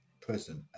present